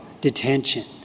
detention